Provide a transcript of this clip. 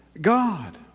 God